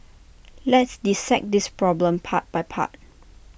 let's dissect this problem part by part